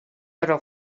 però